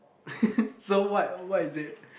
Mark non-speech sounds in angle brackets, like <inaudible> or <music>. <laughs> so what what is it